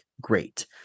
great